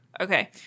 Okay